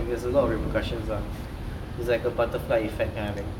there's a lot of repercussions lah it's like a butterfly effect kind of thing